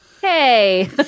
Hey